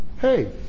Hey